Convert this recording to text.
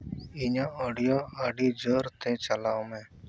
ᱤᱧᱟᱹᱜ ᱚᱰᱤᱭᱳ ᱟᱹᱰᱤ ᱡᱳᱨ ᱛᱮ ᱪᱟᱞᱟᱣ ᱢᱮ